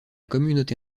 communauté